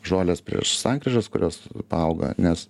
žolės prieš sankryžas kurios auga nes